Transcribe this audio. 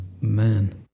Man